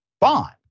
bond